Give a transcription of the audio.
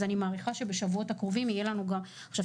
אז אני מעריכה שבשבועות הקרובים יהיה לנו גם עכשיו,